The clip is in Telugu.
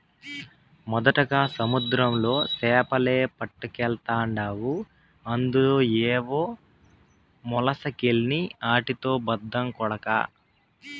మొదటగా సముద్రంలో సేపలే పట్టకెల్తాండావు అందులో ఏవో మొలసకెల్ని ఆటితో బద్రం కొడకా